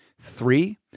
three